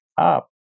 up